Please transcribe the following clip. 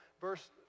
Verse